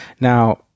Now